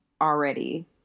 already